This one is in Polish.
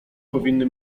powinny